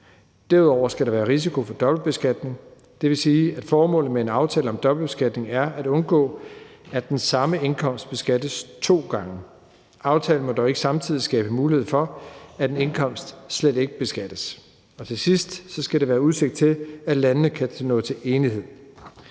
Derudover skal der være risiko for dobbeltbeskatning. Det vil sige, at formålet med en aftale om dobbeltbeskatning er at undgå, at den samme indkomst beskattes to gange. Aftalen må dog ikke samtidig skabe mulighed for, at en indkomst slet ikke beskattes. Og som det sidste skal der være udsigt til, at landene kan nå til enighed.